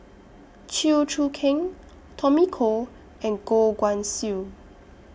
Chew Choo Keng Tommy Koh and Goh Guan Siew